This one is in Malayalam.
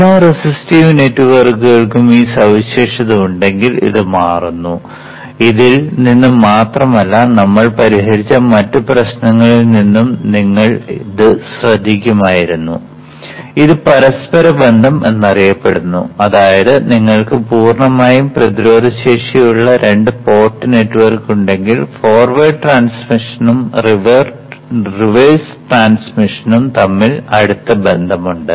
എല്ലാ റെസിസ്റ്റീവ് നെറ്റ്വർക്കുകൾക്കും ഈ സവിശേഷത ഉണ്ടെങ്കിൽ ഇത് മാറുന്നു ഇതിൽ നിന്ന് മാത്രമല്ല നമ്മൾ പരിഹരിച്ച മറ്റ് പ്രശ്നങ്ങളിൽ നിന്നും നിങ്ങൾ ഇത് ശ്രദ്ധിക്കുമായിരുന്നു ഇത് പരസ്പരബന്ധം എന്നറിയപ്പെടുന്നു അതായത് നിങ്ങൾക്ക് പൂർണ്ണമായും പ്രതിരോധശേഷിയുള്ള രണ്ട് പോർട്ട് നെറ്റ്വർക്ക് ഉണ്ടെങ്കിൽ ഫോർവേഡ് ട്രാൻസ്മിഷനും റിവേഴ്സ് ട്രാൻസ്മിഷനും തമ്മിൽ അടുത്ത ബന്ധമുണ്ട്